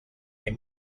est